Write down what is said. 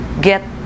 get